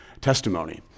testimony